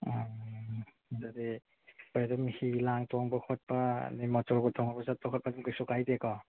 ꯎꯝ ꯑꯗꯨꯗꯤ ꯑꯩꯈꯣꯏ ꯑꯗꯨꯝ ꯍꯤ ꯂꯥꯡ ꯇꯣꯡꯕ ꯈꯣꯠꯄ ꯑꯗꯒꯤ ꯃꯣꯇꯣꯔꯕꯣꯠ ꯇꯣꯡꯕ ꯆꯠꯄ ꯈꯣꯠꯄꯁꯨ ꯀꯩꯁꯨ ꯀꯥꯏꯗꯦꯀꯣ